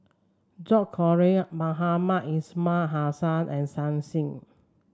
George Collyer Mohamed Ismail Hussain and Shen Xi